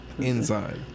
Inside